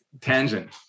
tangent